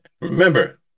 remember